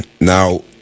Now